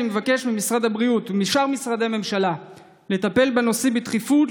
אני מבקש ממשרד הבריאות ומשאר משרדי הממשלה לטפל בנושא בדחיפות,